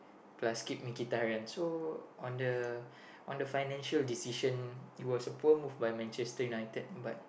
plus keep Mkhitaryan so on the on the financial decision it was a poor move by Manchester-United but